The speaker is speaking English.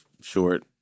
short